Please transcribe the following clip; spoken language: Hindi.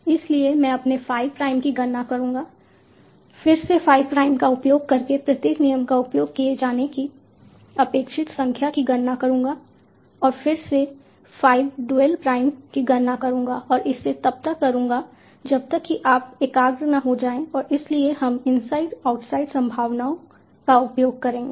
इसलिए मैं अपने phi prime की गणना करूँगा फिर से phi Prime का उपयोग करके प्रत्येक नियम का उपयोग किए जाने की अपेक्षित संख्या की गणना करूँगा और फिर से 5 डुएल प्राइम की गणना करूँगा और इसे तब तक करूँगा जब तक कि आप एकाग्र न हो जाएं और इसीलिए हम इनसाइड आउटसाइड संभावनाओं का उपयोग करेंगे